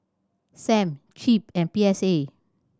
Sam CIP and P S A